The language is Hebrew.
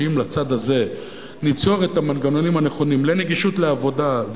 שאם לצדו ניצור את המנגנונים הנכונים לנגישות לעבודה,